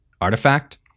Artifact